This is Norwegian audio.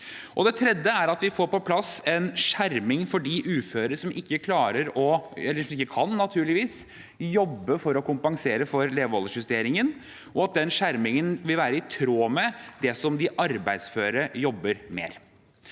Det tredje er at vi får på plass en skjerming for de uføre som ikke kan jobbe for å kompensere for levealdersjusteringen, og at den skjermingen vil være i tråd med det som de arbeidsføre jobber mer.